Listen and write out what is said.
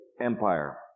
empire